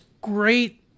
great